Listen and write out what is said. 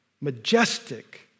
majestic